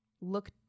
look